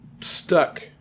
stuck